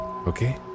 Okay